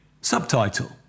Subtitle